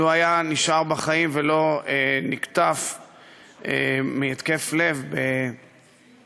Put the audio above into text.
לו היה נשאר בחיים ולא נקטף בהתקף לב בתחילת